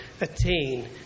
attain